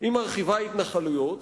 היא מרחיבה התנחלויות